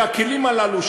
בכלים הללו,